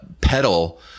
pedal